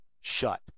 shut